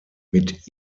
mit